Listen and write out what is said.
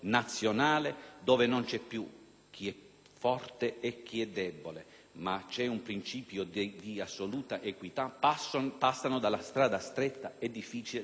chi è forte e chi è debole, ma c'è un principio di assoluta equità, passano dalla strada stretta e difficile della responsabilità,